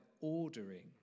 ordering